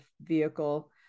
vehicle